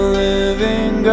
living